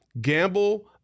gamble